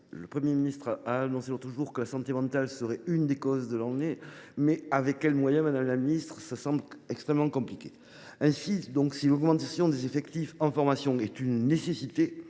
Le Premier ministre a annoncé que la santé mentale serait l’une des causes de l’année, mais avec quels moyens, madame la ministre ? Cela semble extrêmement compliqué… Si l’augmentation des effectifs en formation est une nécessité,